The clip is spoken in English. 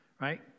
right